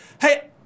hey